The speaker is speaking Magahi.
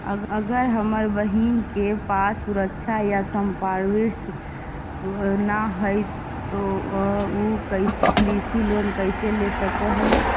अगर हमर बहिन के पास सुरक्षा या संपार्श्विक ना हई त उ कृषि लोन कईसे ले सक हई?